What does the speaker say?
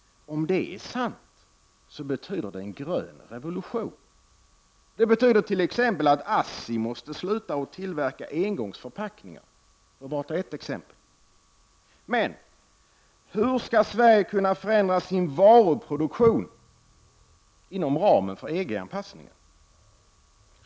”Om det är sant, betyder det en grön revolution. Det betyder att Assi måste sluta att tillverka engångsförpackningar, för att bara ta ett exempel. Men, hur skall Sverige kunna förändra sin varuproduktion inom ramen för EG-anpassningen?